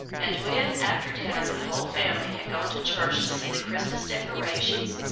and when, after dinner, the whole family had gone to church to see the christmas decorations,